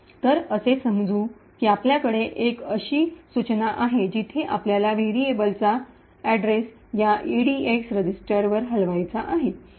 तर असे समजू की आपल्याकडे अशी एक सूचना आहे जिथे आपल्याला व्हेरिएबलचा पत्ता या EDX रेजिस्टरवर हलवायचा आहे